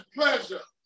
pleasure